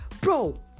Bro